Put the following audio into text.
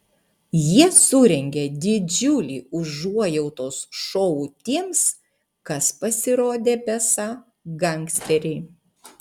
jie surengė didžiulį užuojautos šou tiems kas pasirodė besą gangsteriai